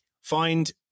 find